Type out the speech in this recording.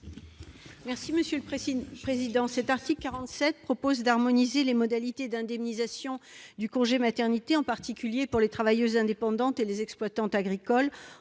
Cohen, sur l'article. L'article 47 prévoit d'harmoniser les modalités d'indemnisation du congé maternité, en particulier pour les travailleuses indépendantes et les exploitantes agricoles,